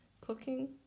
cooking